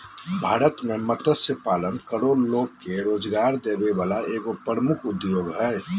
भारत में मत्स्य पालन करोड़ो लोग के रोजगार देबे वला एगो प्रमुख उद्योग हइ